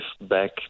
back